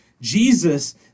Jesus